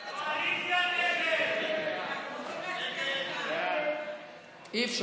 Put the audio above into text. לוועדה את הצעת חוק חופש המידע (תיקון, שקיפות